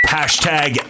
Hashtag